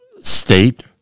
state